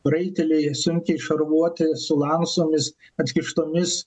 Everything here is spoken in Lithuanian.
raiteliai sunkiai šarvuoti su lasomis atkištomis